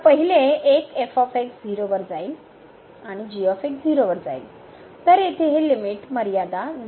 तर पहिले एक 0 वर जाईल आणि तर येथे हे लिमिट मर्यादा आहे